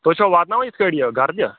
تُہۍ چھُوا واتناوان یِتھ کٔٹھۍ یہِ گَرٕ تہِ